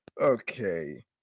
Okay